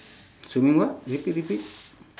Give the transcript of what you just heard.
swimming what repeat repeat